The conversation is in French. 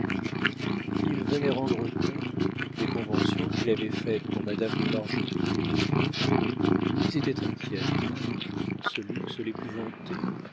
il venait rendre compte de toutes les conventions qu'il avait faites pour madame de bargeton louise était inquiète ce luxe